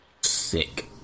Sick